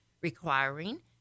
requiring